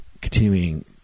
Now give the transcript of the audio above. continuing